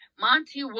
Monty